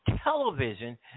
television